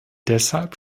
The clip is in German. deshalb